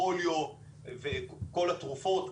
פוליו וכל התרופות,